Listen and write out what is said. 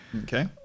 Okay